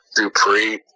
Dupree